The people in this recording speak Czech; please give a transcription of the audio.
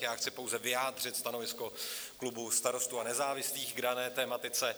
Já chci pouze vyjádřit stanovisko klubu Starostů a nezávislých k dané tematice.